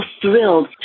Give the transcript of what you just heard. thrilled